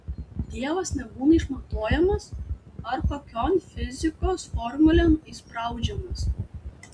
dievas nebūna išmatuojamas ar kokion fizikos formulėn įspraudžiamas